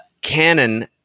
Canon